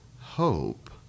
hope